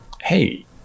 hey